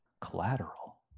Collateral